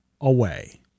away